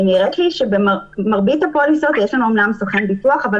נראית לי שבמרבית הפוליסות יש שם אומנם סוכן ביטוח אבל